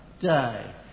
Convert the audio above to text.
day